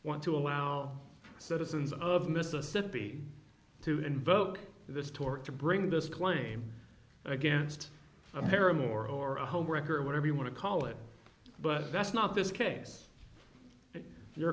want to allow citizens of mississippi to invoke this torque to bring this claim against america more or a homewrecker whatever you want to call it but that's not this case your